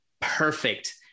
perfect